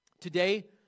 Today